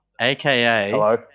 aka